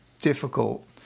difficult